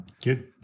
good